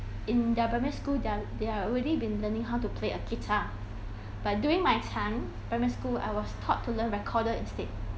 in their primary school they're they're already been learning how to play a guita rbut during my time primary school I was taught to learn recorder instead